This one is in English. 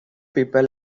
people